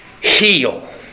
heal